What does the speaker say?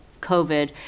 COVID